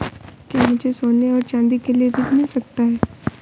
क्या मुझे सोने और चाँदी के लिए ऋण मिल सकता है?